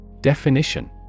Definition